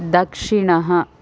दक्षिणः